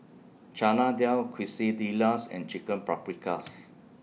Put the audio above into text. Chana Dal Quesadillas and Chicken Paprikas